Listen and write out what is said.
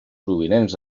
provinents